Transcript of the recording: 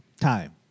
Time